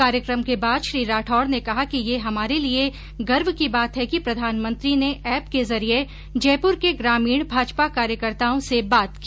कार्यक्रम के बाद श्री राठौड ने कहा कि ये हमारे लिए गर्व की बात है कि प्रधानमंत्री ने एप के जरिये जयप्र के ग्रामीण भाजपा कार्यकर्ताओं से बात की